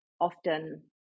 often